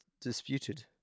disputed